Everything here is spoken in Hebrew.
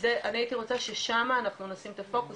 הייתי רוצה ששם אנחנו נשים את הפוקוס